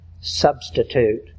substitute